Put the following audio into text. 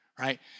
right